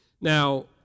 Now